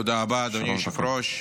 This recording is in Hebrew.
תודה רבה, אדוני היושב-ראש,